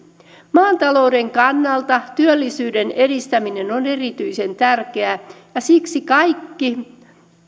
maan talouden kannalta työllisyyden edistäminen on erityisen tärkeää ja siksi kaikki